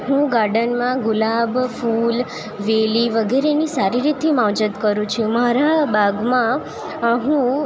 હું ગાર્ડનમાં ગુલાબ ફૂલ વેલી વગેરેની સારી રીતથી માવજત કરું છું મારા બાગમાં હું